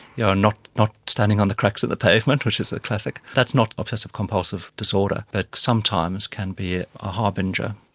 yeah not not standing on the cracks of the pavement which is a classic. that's not obsessive compulsive disorder but sometimes can be a harbinger.